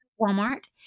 Walmart